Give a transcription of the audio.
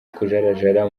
kujarajara